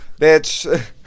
Bitch